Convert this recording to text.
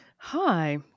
Hi